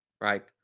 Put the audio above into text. right